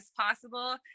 possible